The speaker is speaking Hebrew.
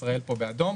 ישראל פה באדום.